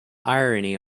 irony